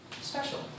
special